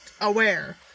aware